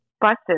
buses